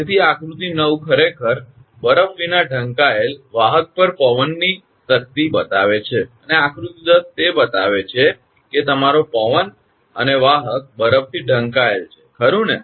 તેથી આકૃતિ 9 ખરેખર બરફ વિના ઢંકાયેલ વાહક પર પવનની શક્તિ બતાવે છે અને આકૃતિ 10 તે બતાવે છે કે તમારો પવન અને વાહક બરફથી ઢંકાયેલ છે ખરુ ને